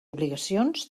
obligacions